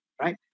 Right